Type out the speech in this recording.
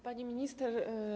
Pani Minister!